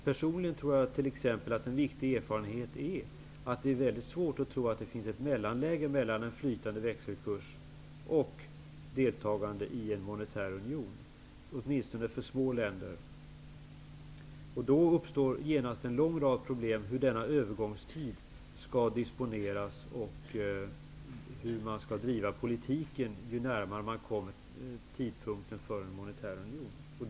Jag tror t.ex. personligen att det är svårt, åtminstone för små länder, att finna något mellanläge mellan en flytande växelkurs och deltagande i en monetär union. Därmed uppstår en lång rad övergångsproblem. Hur skall övergångstiden disponeras, och hur skall politiken bedrivas ju närmare man kommer tidpunkten för en monetär union?